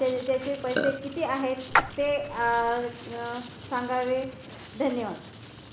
त्याच त्याचे पैसे किती आहेत ते सांगावे धन्यवाद